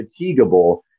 fatigable